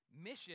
mission